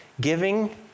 giving